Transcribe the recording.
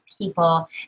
people